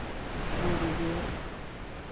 ᱢᱚᱡᱽ ᱜᱮ